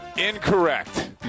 incorrect